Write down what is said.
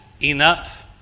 enough